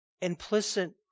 Implicit